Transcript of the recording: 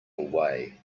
way